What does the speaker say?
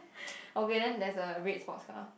okay then there's a red sports car